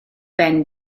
ben